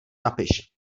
napiš